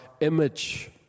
image